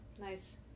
Nice